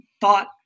thought